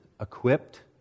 equipped